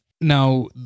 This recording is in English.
Now